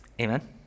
Amen